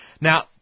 Now